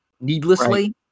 needlessly